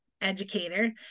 educator